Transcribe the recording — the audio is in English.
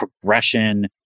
progression